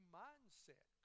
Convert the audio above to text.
mindset